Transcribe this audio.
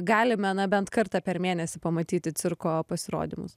galime na bent kartą per mėnesį pamatyti cirko pasirodymus